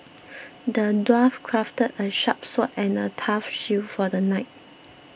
the dwarf crafted a sharp sword and a tough shield for the knight